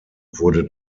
wurde